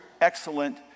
excellent